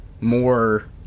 more